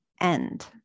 end